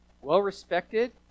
well-respected